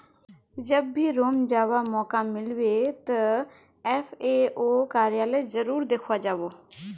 जब भी रोम जावा मौका मिलबे तो एफ ए ओ कार्यालय जरूर देखवा जा बो